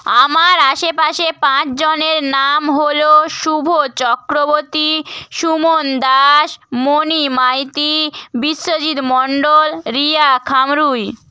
আমার আশেপাশে পাঁচ জনের নাম হলো শুভ চক্রবর্তী সুমন দাস মনি মাইতি বিশ্বজিৎ মন্ডল রিয়া খামরুই